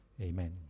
Amen